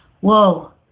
Whoa